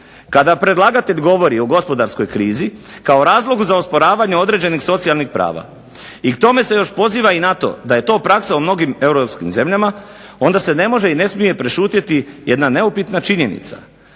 Kada predlagatelj govori o gospodarskoj krizi, kao razlogu za osporavanje određenih socijalnih prava, i k tome se još poziva i na to da je to praksa u mnogim europskim zemljama, onda se ne može i ne smije prešutjeti jedna neupitna činjenica,